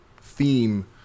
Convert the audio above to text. theme